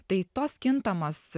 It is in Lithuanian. tai tos kintamos